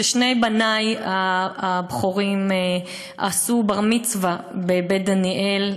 ששני בני הבכורים עשו בר-מצווה ב"בית דניאל",